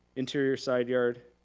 interior side yard,